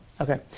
Okay